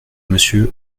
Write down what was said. monsieur